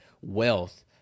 wealth